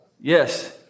Yes